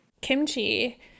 kimchi